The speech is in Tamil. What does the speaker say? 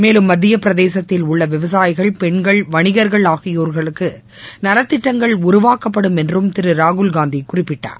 மேலும் மத்தியப்பிரதேசத்தில் உள்ளவிவசாயிகள் பெண்கள் வணிகர்கள் ஆகியோர்களுக்குநலத் திட்டங்கள் உருவாக்கப்படும் என்றும் திருராகுல் காந்திகுறிப்பிட்டார்